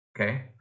Okay